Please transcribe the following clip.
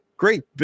Great